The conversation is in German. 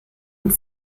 und